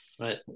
Right